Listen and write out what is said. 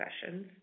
sessions